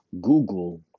Google